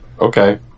Okay